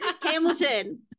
Hamilton